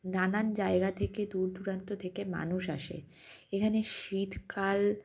নানান জায়গা থেকে দূর দূরান্ত থেকে মানুষ আসে এখানে শীতকাল